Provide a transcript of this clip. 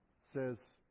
says